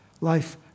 Life